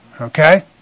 okay